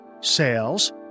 sales